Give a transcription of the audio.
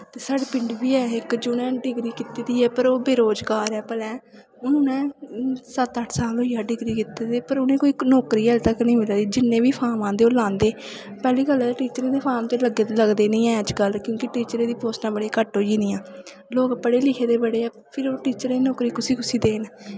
ते साढ़े पिंड बी हे इक जिनें डिग्री कीती दी ऐ पर ओह् बेरोजगार ऐ भलेआं उ'नें सत्त अट्ठ साल होई गेआ डिग्री कीते दे पर उ'नें कोई नौकरी हालें तक निं मिला दी जिन्ने बी फार्म आंदे ओह् लांदे पैह्ली गल्ल टीचरें दे फार्म ते लगदे निं ऐ अज्ज कल क्योंकि टीचरें दी पोस्टां बड़ियां घट्ट होई गेदियां लोग पढ़े लिखे दे बड़े ऐ फिर ओह् टीचरें दा नौकरी कुसी कुसी देन